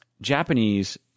Japanese